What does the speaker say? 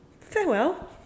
Farewell